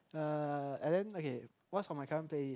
uh and then okay what's on my current playlist